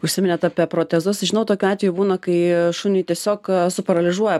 užsiminėt apie protezus žinau tokių atvejų būna kai šuniui tiesiog suparalyžuoja